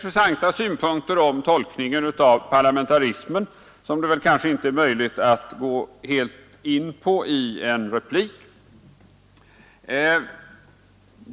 synpunkter om tolkningen av parlamentarismen, som det väl kanske inte är möjligt att gå in på i en replik.